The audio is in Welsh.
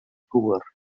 gŵr